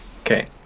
Okay